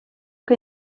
que